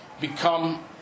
become